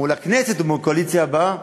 מול הכנסת או מול הקואליציה הבאה.